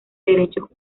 derechos